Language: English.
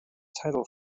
title